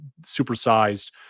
supersized